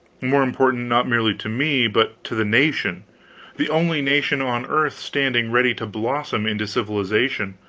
more important, not merely to me, but to the nation the only nation on earth standing ready to blossom into civilization.